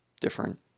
different